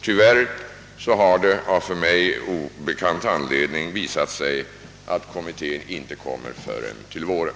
Tyvärr har det av för mig obekant anledning visat sig att kommittén inte framlägger sitt betänkande förrän till våren.